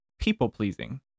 people-pleasing